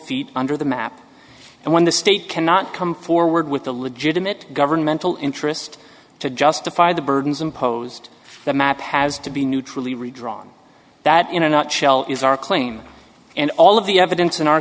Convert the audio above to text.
defeat under the map and when the state cannot come forward with a legitimate governmental interest to justify the burdens imposed the map has to be new truly redrawn that in a nutshell is our claim and all of the evidence in our